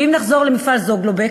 ואם נחזור למפעל "זוגלובק",